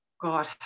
God